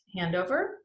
handover